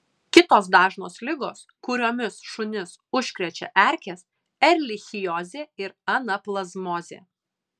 kitos dažnos ligos kuriomis šunis užkrečia erkės erlichiozė ir anaplazmozė